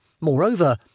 Moreover